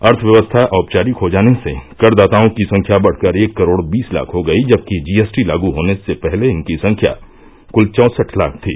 अर्थव्यवस्था औपचारिक हो जाने से करदाताओं की संख्या बढ़कर एक करोड़ बीस लाख हो गयी जबकि जीएसटी लागू होने से पहले इनकी संख्या कुल चौंसठ लाख थी